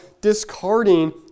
discarding